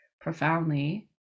profoundly